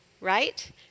right